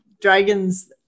dragons